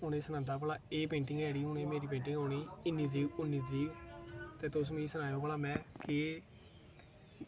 ते उ'नें गी सनांदा रेहा की एह् पेंटिंग मेरी जेह्ड़ी एह् औनी इन्नी तरीक ते तुस मिगी एह् सनायो कि भला एह्